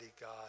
God